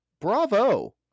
Bravo